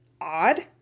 odd